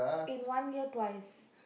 in one year twice